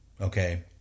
Okay